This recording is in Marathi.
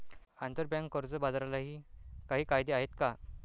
आंतरबँक कर्ज बाजारालाही काही कायदे आहेत का?